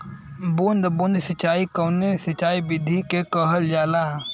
बूंद बूंद सिंचाई कवने सिंचाई विधि के कहल जाला?